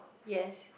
yes